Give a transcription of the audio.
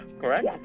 correct